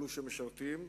אלו שמשרתים,